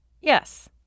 Yes